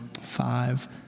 five